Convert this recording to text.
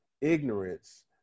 ignorance